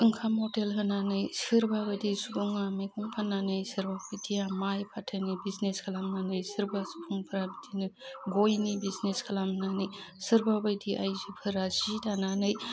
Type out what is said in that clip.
ओंखाम हटेल होनानै सोरबा बायदि सुबुङा मैगं फाननानै सोरबा बायदिया माइ फाथैनि बिजनेस खालामनानै सोरबा सुबुंफोरा बिदिनो गयनि बिजनेस खालामनानै सोरबा बायदि आइजोफोरा जि दानानै